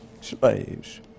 slaves